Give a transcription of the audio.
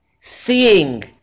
seeing